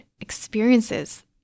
experiences